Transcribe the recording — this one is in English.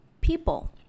people